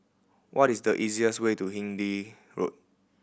what is the easiest way to Hindhede Road